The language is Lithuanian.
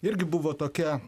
irgi buvo tokia